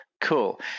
Cool